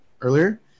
earlier